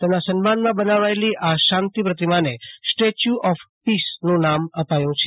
તેમના સન્માનમાં બનાવાયેલી આ શાંતિ પ્રતિમાને સ્ટેચ્યુ ઓફપીસનું નામ અપાયું છે